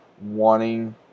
wanting